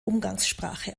umgangssprache